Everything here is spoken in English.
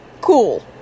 cool